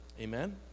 Amen